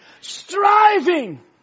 striving